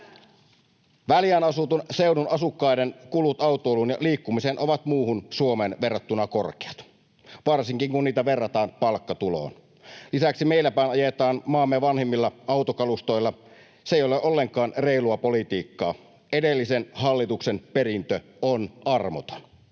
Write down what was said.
Väljään asutun seudun asukkaiden kulut autoiluun ja liikkumiseen ovat muuhun Suomeen verrattuna korkeat, varsinkin kun niitä verrataan palkkatuloon. Lisäksi meilläpäin ajetaan maamme vanhimmilla autokalustoilla. Se ei ole ollenkaan reilua politiikkaa. Edellisen hallituksen perintö on armoton.